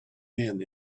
men